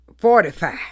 fortify